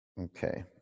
Okay